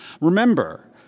Remember